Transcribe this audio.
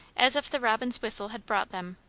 as if the robin's whistle had brought them,